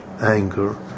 anger